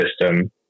system